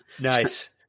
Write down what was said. Nice